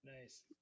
nice